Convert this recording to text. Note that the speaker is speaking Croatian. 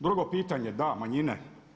Drugo pitanje, da, manjine.